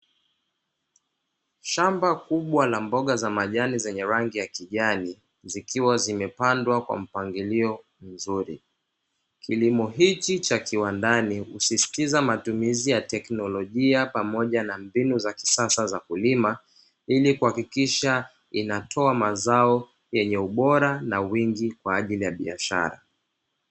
Shamba kubwa la mboga za majani zenye rangi ya kijani zikiwa zimepandwa kwa mpangilio mzuri, kilimo hichi cha kiwandani husisitiza matumizi ya teknolojia pamoja na mbinu za kisasa za kulima ili kuhakikisha inatoa mazao yenye ubora na wingi kwa ajili ya biashara.